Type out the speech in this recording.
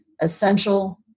essential